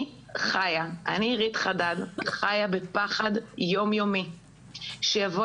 אני עירית חדד חיה בפחד יום יומי שיבוא